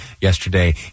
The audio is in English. yesterday